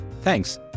Thanks